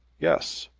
yes.